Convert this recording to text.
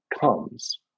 comes